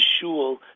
shul